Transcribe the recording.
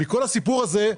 מכל הסיפור הזה,